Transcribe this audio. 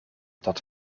dat